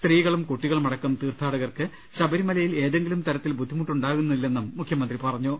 സ്ത്രീകളും കുട്ടികളും അടക്കം തീർത്ഥാടകർക്ക് ശബരിമലയിൽ ഏതെങ്കിലും തരത്തിൽ ബുദ്ധി മുട്ടുകളുണ്ടാകുന്നില്ലെന്നും മുഖ്യമന്ത്രി പറഞ്ഞു